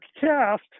cast